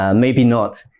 um maybe not.